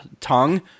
tongue